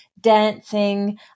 dancing